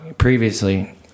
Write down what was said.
previously